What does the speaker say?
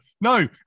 No